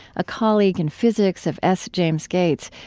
a colleague in physics of s. james gates,